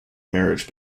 marriage